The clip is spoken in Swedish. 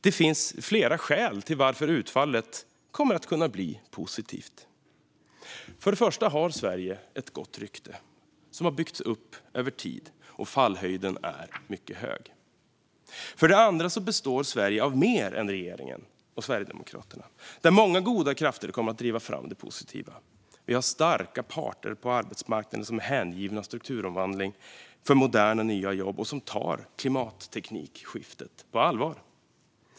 Det finns flera skäl till att utfallet kommer att kunna bli positivt. För det första har Sverige ett gott rykte som byggts upp över tid, och fallhöjden är mycket hög. För det andra består Sverige av mer än regeringen och Sverigedemokraterna. Många goda krafter kommer att driva fram det positiva. Vi har starka parter på arbetsmarknaden som är hängivna strukturomvandling för moderna nya jobb och som tar klimatteknikskiftet på allvar.